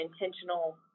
intentional